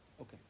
Okay